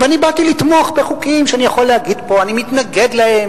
ואני באתי לתמוך בחוקים שאני יכול להגיד פה: אני מתנגד להם,